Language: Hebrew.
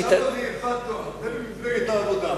שם זה יפת תואר, זה במפלגת העבודה.